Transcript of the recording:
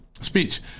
speech